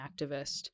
activist